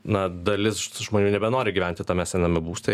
na dalis žmonių nebenori gyventi tame sename būste